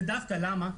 למה?